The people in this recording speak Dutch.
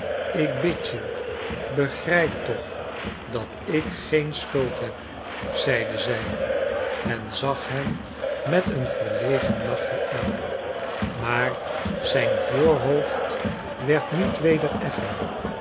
ik bid je begrijp toch dat ik geen schuld heb zeide zij en zag hem met een verlegen lachje aan maar zijn voorhoofd werd niet weder effen